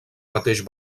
mateix